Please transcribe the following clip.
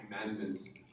commandments